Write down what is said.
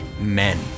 men